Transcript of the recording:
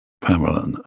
Pamela